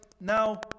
now